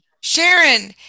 Sharon